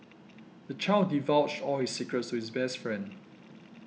the child divulged all his secrets to his best friend